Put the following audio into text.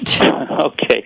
Okay